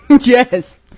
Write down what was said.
Yes